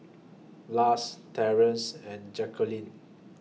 Lars Terrance and Jacqueline